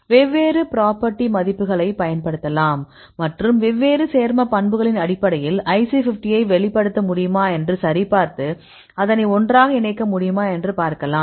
வெவ்வேறு பிராப்பர்ட்டி மதிப்புகளைப் பயன்படுத்தலாம் மற்றும் வெவ்வேறு சேர்ம பண்புகளின் அடிப்படையில் IC 50 ஐ வெளிப்படுத்த முடியுமா என்று சரி பார்த்து அதனை ஒன்றாக இணைக்க முடியுமா என்று பார்க்கலாம்